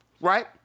right